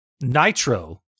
nitro